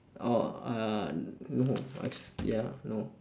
oh uh no uh ya no